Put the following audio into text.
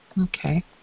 Okay